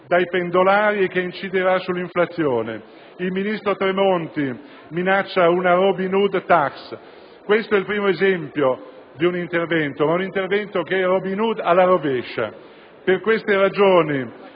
dai pendolari e che inciderà sull'inflazione! Il ministro Tremonti minaccia una Robin Hood *tax*: questo è il primo esempio di un intervento, che è però Robin Hood alla rovescia! Per queste ragioni,